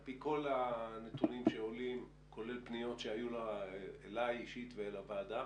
על פי כל הנתונים שעולים כולל פניות שהיו אלי אישית ואל הוועדה,